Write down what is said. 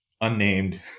unnamed